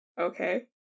Okay